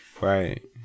right